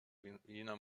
wiener